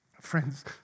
Friends